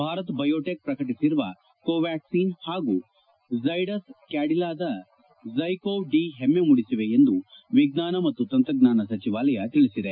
ಭಾರತ್ ಭಯೋಟಿಕ್ ಪ್ರಕಟಿಸಿರುವ ಕೋವ್ಯಾಕ್ಷೇನ್ ಹಾಗೂ ರ್ನುಡಸ್ ಕ್ನಾಡಿಲಾದ ರ್ಜುಕೋವ್ ಡಿ ಹೆಮ್ನೆ ಮೂಡಿಸಿವೆ ಎಂದು ವಿಜ್ವಾನ ಮತ್ತು ತಂತ್ರಜ್ವಾನ ಸಚಿವಾಲಯ ತಿಳಿಸಿದೆ